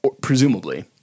presumably